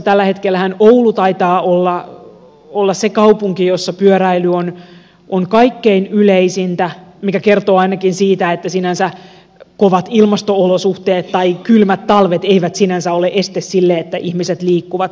tällä hetkellähän suomessa oulu taitaa olla se kaupunki jossa pyöräily on kaikkein yleisintä mikä kertoo ainakin siitä että kovat ilmasto olosuhteet tai kylmät talvet eivät sinänsä ole este sille että ihmiset liikkuvat pyörällä